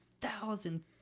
thousand